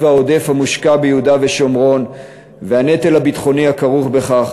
העודף המושקע ביהודה ושומרון והנטל הביטחוני הכרוך בכך,